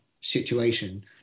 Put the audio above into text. situation